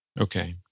Okay